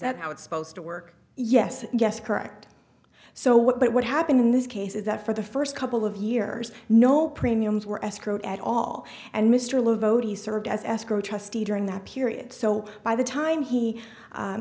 that how it's supposed to work yes yes correct so what happened in this case is that for the first couple of years no premiums were escrowed at all and mr low vote he served as escrow trustee during that period so by the time he